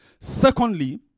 Secondly